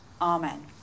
Amen